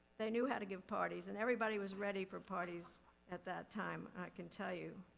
they knew how to give parties and everybody was ready for parties at that time, i can tell you.